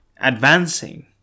advancing